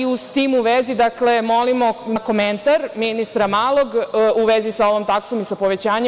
S tim u vezi, dakle, molimo na komentar ministra Malog u vezi sa ovom taksom i povećanjem.